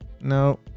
no